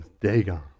Dagon